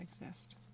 exist